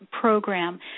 program